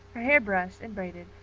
her hair brushed and braided,